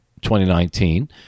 2019